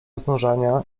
znużenia